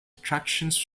attractions